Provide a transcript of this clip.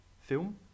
film